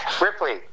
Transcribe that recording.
Ripley